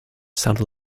sounded